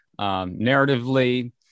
narratively